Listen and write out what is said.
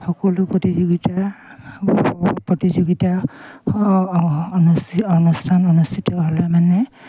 সকলো প্ৰতিযোগিতা প্ৰতিযোগিতা অনুষ্ঠান অনুষ্ঠিত হ'লে মানে